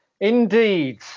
Indeed